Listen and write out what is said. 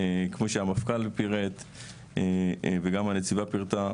כמו שהמפכ"ל פירט וגם הנציבה פירטה,